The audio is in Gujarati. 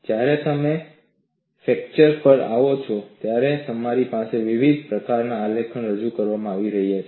જ્યારે તમે ફ્રેક્ચર પર આવો છો ત્યારે તમારી પાસે વિવિધ પ્રકારના આલેખ રજૂ કરવામાં આવી રહ્યા છે